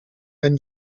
and